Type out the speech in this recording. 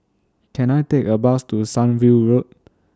Can I Take A Bus to Sunview Road